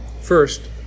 First